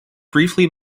briefly